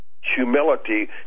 humility